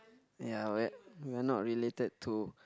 ya we are we are not related to